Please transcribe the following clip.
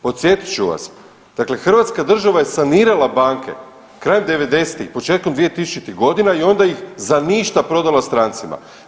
Podsjetit ću vas, dakle Hrvatska država je sanirala banke krajem '90.-tih, početkom 2000. godina i onda ih za ništa prodala strancima.